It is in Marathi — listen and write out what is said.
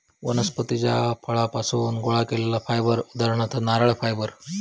वनस्पतीच्या फळांपासुन गोळा केलेला फायबर उदाहरणार्थ नारळ फायबर